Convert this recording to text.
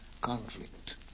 conflict